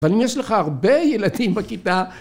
אבל אם יש לך הרבה ילדים בכיתה